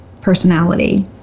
personality